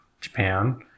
Japan